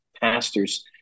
pastors